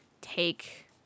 take